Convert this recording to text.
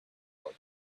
work